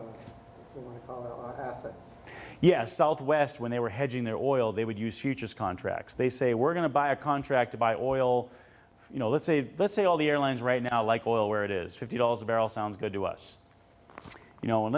yes southwest when they were hedging their oil they would use futures contracts they say we're going to buy a contract to buy oil you know let's say let's say all the airlines right now like oil where it is fifty dollars a barrel sounds good to us you know